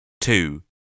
two